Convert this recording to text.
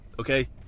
okay